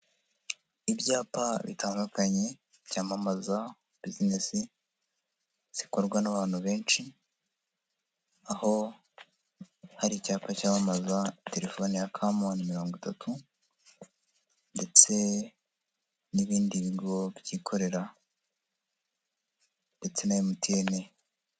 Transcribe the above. Ibyapa bitandukanye byamamaza bisinesi, zikorwa n'abantu benshi, aho hari icyapa cyamamaza telefoni ya kamoni mirongo itatu, ndetse n'ibindi bigo byikorera, ndetse na emutiyene.